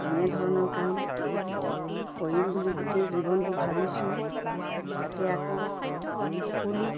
তেনেধৰণৰ কাম কৰিম বুলি গোটেই জীৱনটো ভাবিছোঁ তাতে আকৌ সকলো